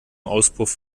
auspuff